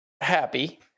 happy